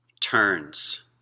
turns